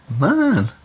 man